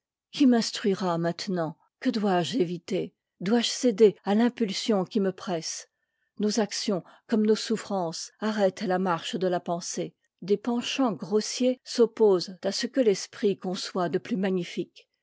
qui m'instruira maintenant que dois-je éviter dois-je céder à l'impulsion qui me presse nos actions comme nos souffrances arrêtent la mar che de la pensée des penchants grossiers s'op posent ce que l'esprit conçoit de plus magnifique